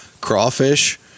crawfish